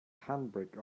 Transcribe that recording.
handbrake